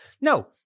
No